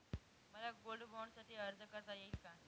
मला गोल्ड बाँडसाठी अर्ज करता येईल का?